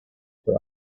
for